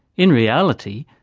in reality,